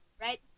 right